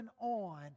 on